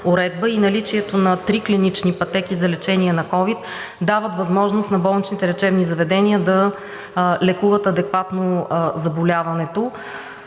уредба и наличието на три клинични пътеки за лечение на ковид дават възможност на болничните лечебни заведения да лекуват адекватно заболяването.